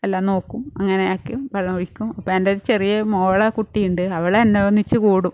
എല്ലാം നോക്കും അങ്ങനെ ആക്കും വെള്ളമൊഴിക്കും അപ്പം എൻ്റെ ചെറിയ മോള കുട്ടിയുണ്ട് അവൾ എന്നെ ഒന്നിച്ച് കൂടും